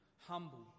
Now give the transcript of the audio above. humble